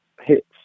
hits